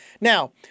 Now